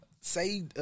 say